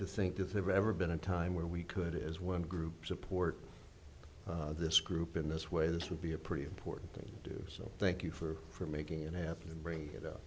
to think that they've ever been a time where we could as one group support this group in this way this would be a pretty important thing to do so thank you for making it happen and bringing it